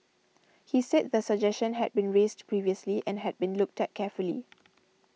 he said the suggestion had been raised previously and had been looked at carefully